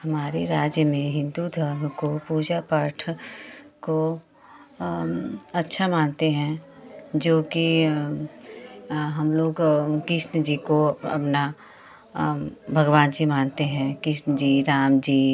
हमारे राज में हिन्दू धर्म को पूजा पाठ को अच्छा मानते हैं जो कि हम लोग कृष्ण जी को अपना भगवान जी मानते हैं कृष्ण जी राम जी